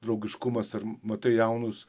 draugiškumas ar matai jaunus